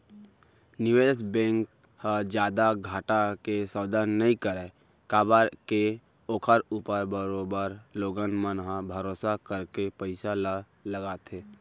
निवेस बेंक ह जादा घाटा के सौदा नई करय काबर के ओखर ऊपर बरोबर लोगन मन ह भरोसा करके पइसा ल लगाथे